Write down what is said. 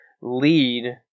lead